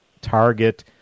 Target